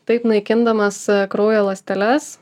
taip naikindamas kraujo ląsteles